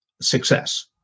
success